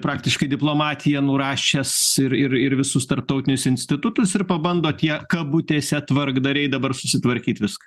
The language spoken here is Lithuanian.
praktiškai diplomatiją nurašęs ir ir ir visus tarptautinius institutus ir pabando tie kabutėse tvarkdariai dabar susitvarkyt viską